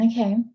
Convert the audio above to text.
Okay